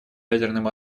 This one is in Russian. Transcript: ядерным